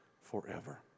forever